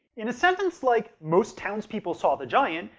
in a sentence like most townspeople saw the giant,